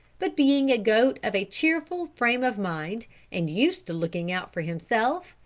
but being a goat of a cheerful frame of mind and used to looking out for himself,